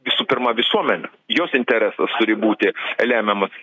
visų pirma visuomenė jos interesas turi būti lemiamas